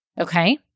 Okay